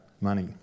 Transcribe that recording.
money